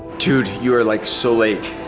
dude, you are like so late!